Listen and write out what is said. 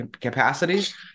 capacities